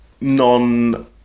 non